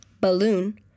balloon